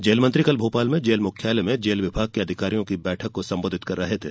jail मंत्री कल भोपाल में जेल मुख्यालय में जेल विभाग के अधिकारियों की बैठक को संबोधित कर रहे थे